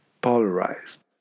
polarized